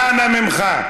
אנא ממך.